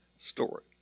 story